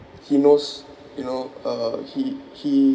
he knows you know uh he he